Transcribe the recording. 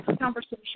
conversation